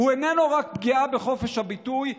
הוא איננו רק פגיעה בחופש הביטוי,